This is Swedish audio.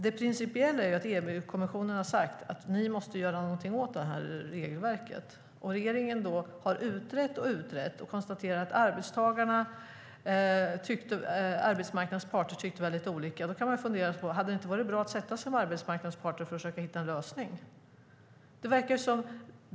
Det principiella är att EU-kommissionen sagt att regeringen måste göra någonting åt regelverket. Regeringen har utrett och utrett, och nu konstaterar regeringen att arbetsmarknadens parter tycker lite olika. Hade det då inte varit bra att sätta sig ned med arbetsmarknadens parter och försöka hitta en lösning?